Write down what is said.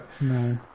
no